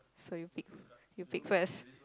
so you pick you pick first